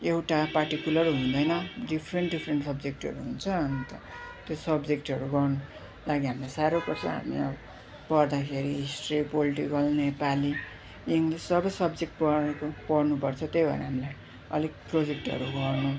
एउटा पार्टिकुलर हुँदैन different different सब्जेक्टहरू हुन्छ अन्त त्यो सब्जेक्टहरू गर्नुको लागि हामीलाई साह्रो पर्छ हामी अब पढ्दाखेरि हिस्ट्री पोल्टिकल नेपाली इङ्ग्लिस सबै सब्जेक्ट पढ पढ्नुपर्छ त्यही भएर हामीलाई अलिक प्रोजेक्टहरू गर्नु